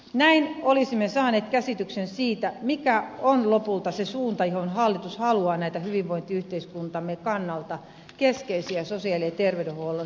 näin olisimme saaneet käsityksen siitä mikä on lopulta se suunta mihin hallitus haluaa näitä hyvinvointiyhteiskuntamme kannalta keskeisiä sosiaali ja terveydenhuollon palveluita kehittää